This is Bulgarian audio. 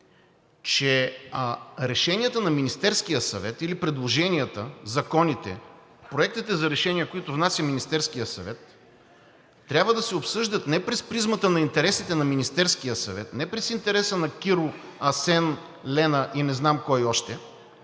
че решенията на Министерския съвет или предложенията, законите, проектите за решения, които внася Министерският съвет, трябва да се обсъждат не през призмата на интересите на Министерския съвет, не през интереса на Киро, Асен, Лена и не знам кой още,